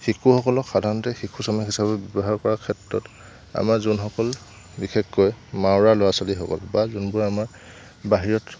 শিশুসকলক সাধাৰণতে শিশু শ্ৰমিক হিচাপে ব্যৱহাৰ কৰা ক্ষেত্ৰত আমাৰ যোনসকল বিশেষকৈ মাউৰা ল'ৰা ছোৱালীসকল বা যোনবোৰ আমাৰ বাহিৰত